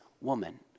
woman